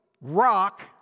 rock